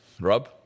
Rob